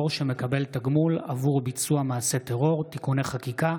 שמקבל תגמול עבור ביצוע מעשה טרור (תיקוני חקיקה),